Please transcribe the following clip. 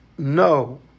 No